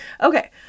Okay